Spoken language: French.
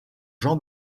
jean